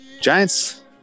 Giants